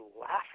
laughing